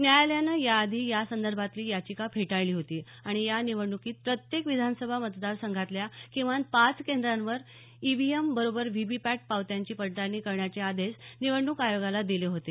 न्यायालयानं याआधी यासंदर्भातली याचिका फेटाळली होती आणि या निवडणुकीत प्रत्येक विधानसभा मतदार संघातल्या किमान पाच केंद्रांवर ईव्हीएम बरोबर व्हीव्हीपॅट पावत्यांची पडताळणी करण्याचे आदेश निवडणूक आयोगाला दिले होते